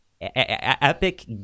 Epic